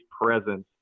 presence